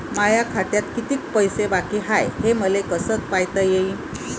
माया खात्यात कितीक पैसे बाकी हाय हे मले कस पायता येईन?